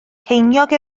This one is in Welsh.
ceiniog